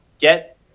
get